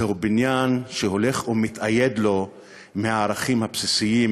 זהו בניין שהולך ומתאייד לו מהערכים הבסיסיים,